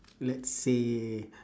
let's say